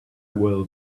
will